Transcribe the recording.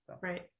right